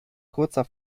kurzer